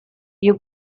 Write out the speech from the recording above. you